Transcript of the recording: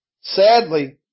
Sadly